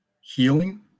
healing